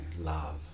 love